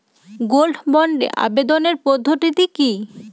Gold বন্ডে আবেদনের পদ্ধতিটি কি?